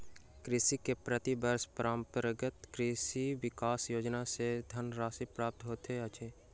कृषक के प्रति वर्ष परंपरागत कृषि विकास योजना सॅ धनराशि प्राप्त होइत अछि